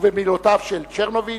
ובמילותיו של צ'רנוביץ: